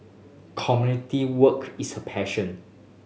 community work is her passion